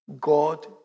God